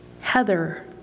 Heather